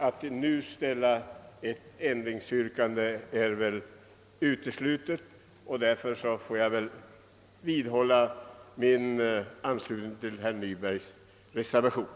Att nu ställa ett ändringsyrkande är väl uteslutet, och jag vidhåller därför min anslutning till herr Nybergs reservation.